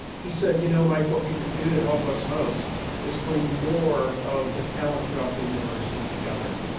he said, you know mike, what you can do to help us most is bring more of the talent throughout the university together.